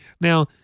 Now